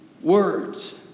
words